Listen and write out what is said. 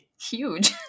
huge